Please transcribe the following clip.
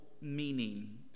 meaning